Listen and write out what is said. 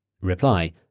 Reply